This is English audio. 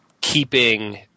keeping